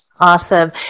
Awesome